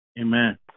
Amen